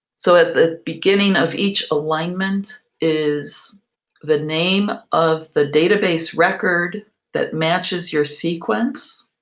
so at the beginning of each alignment is the name of the data base record that matches your sequence.